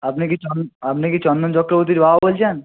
আপনি কি চন আপনি কি চন্দন চক্রবর্তীর বাবা বলছেন